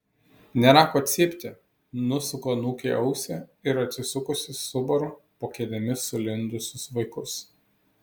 nėra ko cypti nusuku anūkei ausį ir atsisukusi subaru po kėdėmis sulindusius vaikus